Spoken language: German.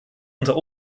unter